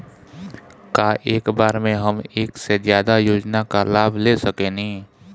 का एक बार में हम एक से ज्यादा योजना का लाभ ले सकेनी?